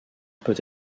peut